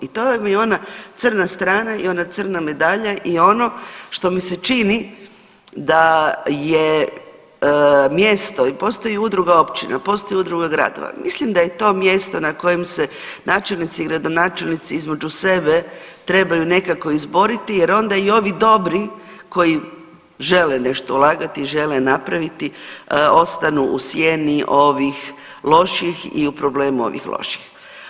I to vam je ona crna strana i ona crna medalja i ono što mi se čini da je mjesto i postoji udruga općina, postoji udruga gradova, mislim da je to mjesto na kojem se načelnici i gradonačelnici između sebe trebaju nekako izboriti jer onda i ovi dobri koji žele nešto ulagati i žele napraviti ostanu u sjeni ovih loših i u problemu ovih loših.